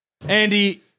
Andy